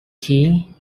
key